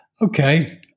okay